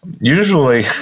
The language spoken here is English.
usually